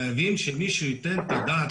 חייבים שמישהו ייתן את הדעת לזה.